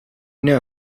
know